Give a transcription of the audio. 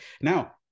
now